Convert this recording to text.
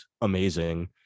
amazing